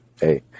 hey